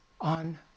on